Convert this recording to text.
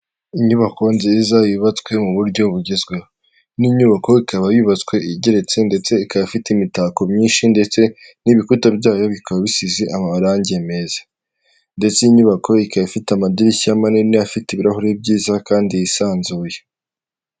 Inyubako nziza yubatswe mu buryo bugezweho n'inyubako ikaba yubatswe igeretse ndetse ikaba ifite imitako myinshi ndetse n'ibikuta byayo bikaba bisize amarangi meza ndetse inyubako ikaba ifite amadirishya manini afite ibirahuri byiza kandi yisanzuye .